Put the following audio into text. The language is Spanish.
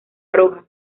roja